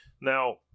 now